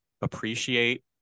appreciate